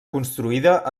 construïda